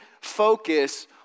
focus